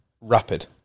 Rapid